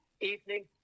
evening